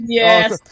yes